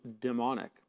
demonic